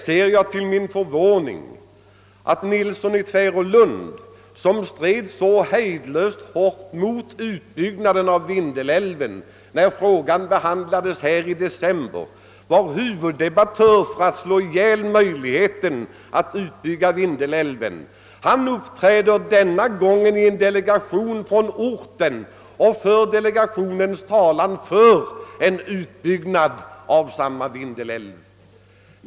Jag såg till min förvåning att herr Nilsson i Tvärålund, som stred så hejdlöst hårt mot utbyggnaden av Vindelälven vid frågans behandling i kammaren i december och som var huvuddebattör då det gällde att omintetgöra möjligheten att utbygga Vindelälven, denna gång uppträdde i en delegation från orten i fråga och förde dess talan för en utbyggnad av samma Vindelälv.